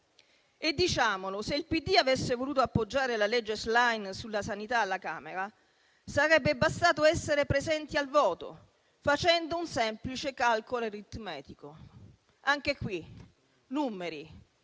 Diciamolo: se il PD avesse voluto appoggiare la legge Schlein sulla sanità alla Camera, sarebbe bastato essere presenti al voto facendo un semplice calcolo aritmetico. Anche qui numeri,